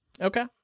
Okay